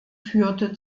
führte